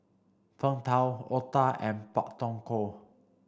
Png Tao Otah and Pak Thong Ko